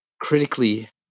critically